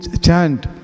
chant